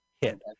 hit